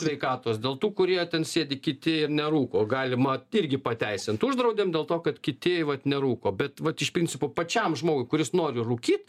sveikatos dėl tų kurie ten sėdi kiti ir nerūko galima irgi pateisint uždraudėm dėl to kad kiti vat nerūko bet vat iš principo pačiam žmogui kuris nori rūkyt